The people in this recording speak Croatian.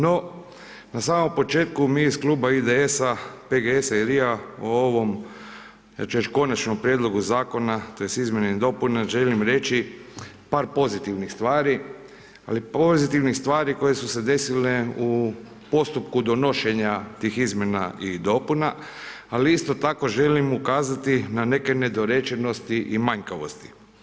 No, na samom početku mi iz Kluba IDS-a, PGS-a i LRI-a o ovom ja ću reći konačnom prijedlogu zakona tj. izmjene i dopune želim reći par pozitivnih stvari, ali pozitivnih stvari koje su se desile u postupku donošenja tih izmjena i dopuna, ali isto tako želim ukazati na neke nedorečenosti i manjkavosti.